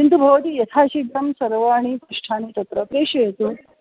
किन्तु भवती यथाशीघ्रं सर्वाणि पृष्ठानि तत्र प्रेषयतु